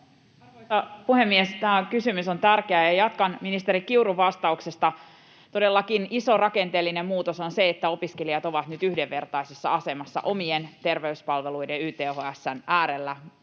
Arvoisa puhemies! Tämä kysymys on tärkeä, ja jatkan ministeri Kiurun vastauksesta. Todellakin iso rakenteellinen muutos on se, että opiskelijat ovat nyt yhdenvertaisessa asemassa omien terveyspalveluiden, YTHS:n, äärellä